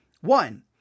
One